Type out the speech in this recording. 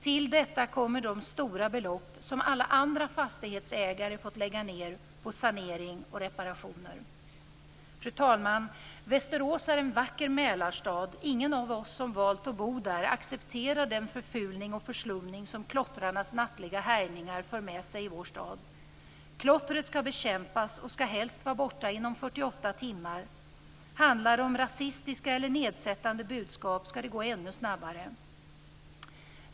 Till detta kommer de mycket stora belopp som alla andra fastighetsägare fått lägga ned på sanering och reparationer." Fru talman! Västerås är en vacker Mälarstad. Ingen av oss som valt att bo där accepterar den förfulning och förslumning som klottrarnas nattliga härjningar för med sig i vår stad. Klottret ska bekämpas och ska helst vara borta inom 48 timmar. Handlar det om rasistiska eller nedsättande budskap ska det gå ännu snabbare.